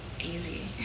Easy